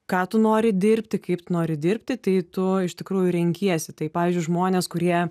ką tu nori dirbti kaip tu nori dirbti tai tu iš tikrųjų renkiesi tai pavyzdžiui žmonės kurie